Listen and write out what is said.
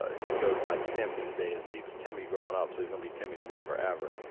ah he goes by tim these days, but he was timmy growing up, so he's gonna be timmy to me forever.